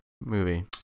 movie